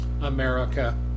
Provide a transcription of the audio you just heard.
America